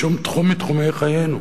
בשום תחום מתחומי חיינו.